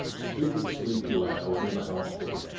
stupid, sleepy lad opened the house door.